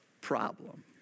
problem